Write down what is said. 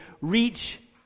reach